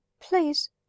Please